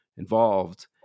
Involved